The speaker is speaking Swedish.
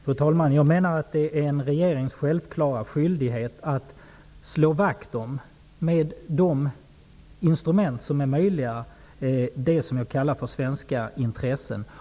Fru talman! Det är en regerings självklara skyldighet att med de instrument som är möjliga slå vakt om det som jag kallar svenska intressen.